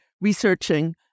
researching